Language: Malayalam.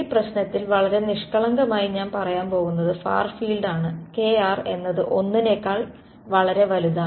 ഈ പ്രശ്നത്തിൽ വളരെ നിഷ്കളങ്കമായി ഞാൻ പറയാൻ പോകുന്നത് ഫാർ ഫീൽഡ് ആണ് kr എന്നത് 1 നേക്കാൾ വളരെ വലുതാണ്